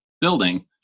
building